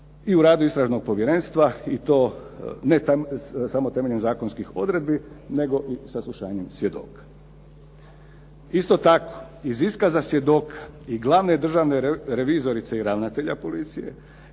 i u radu Istražnog povjerenstva i to ne samo temeljem zakonskih odredbi, nego i saslušanjem svjedoka. Isto tako, iz iskaza svjedoka i glavne državne revizorice i ravnatelja policije